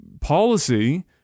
policy